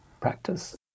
practice